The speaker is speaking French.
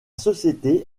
société